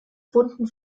bunten